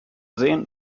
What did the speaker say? sehen